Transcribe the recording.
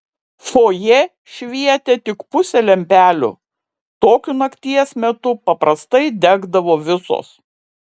fojė švietė tik pusė lempelių tokiu nakties metu paprastai degdavo visos